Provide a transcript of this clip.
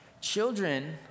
Children